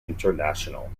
international